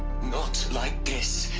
not like this!